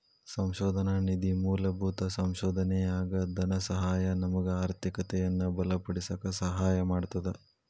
ಸಂಶೋಧನಾ ನಿಧಿ ಮೂಲಭೂತ ಸಂಶೋಧನೆಯಾಗ ಧನಸಹಾಯ ನಮಗ ಆರ್ಥಿಕತೆಯನ್ನ ಬಲಪಡಿಸಕ ಸಹಾಯ ಮಾಡ್ತದ